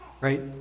Right